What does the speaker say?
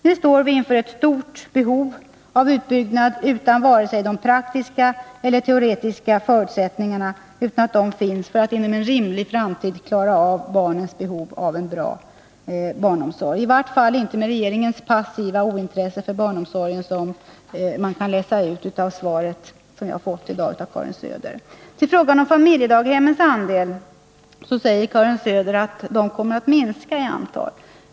Nu står vi inför ett stort behov av utbyggnad utan att vare sig de praktiska eller de teoretiska förutsättningarna finns för att inom rimlig framtid tillgodose barnens behov av en bra barnomsorg, i varje fall att döma av regeringens passiva ointresse för barnomsorgen, som man kan läsa ut av det svar som jag har fått i dag av Karin Söder. Till frågan om familjedaghemmens andel säger Karin Söder att familjedaghemmen kommer att minska i antal.